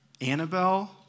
Annabelle